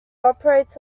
operates